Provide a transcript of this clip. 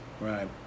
Right